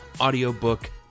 audiobook